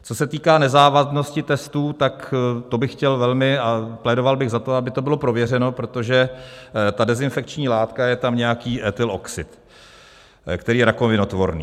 Co se týká nezávadnosti testů, tak to bych chtěl velmi a plédoval bych za to, aby to bylo prověřeno, protože ta dezinfekční látka je tam nějaký ethylenoxid, který je rakovinotvorný.